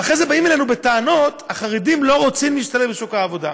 ואחרי זה באים אלינו בטענות שהחרדים לא רוצים להשתלב בשוק העבודה.